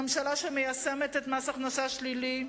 ממשלה שמיישמת את מס הכנסה שלילי,